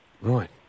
Right